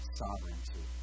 sovereignty